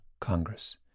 Congress